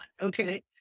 Okay